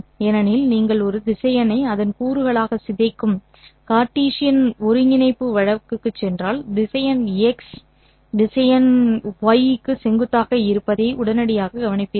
ஏனெனில் நீங்கள் ஒரு திசையனை அதன் கூறுகளாக சிதைக்கும் கார்ட்டீசியன் ஒருங்கிணைப்பு வழக்குக்குச் சென்றால் திசையன் x' திசையன் toy க்கு செங்குத்தாக இருப்பதை உடனடியாக கவனிப்பீர்கள்